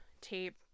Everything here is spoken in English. tape